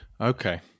okay